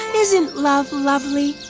um isn't love lovely?